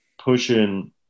pushing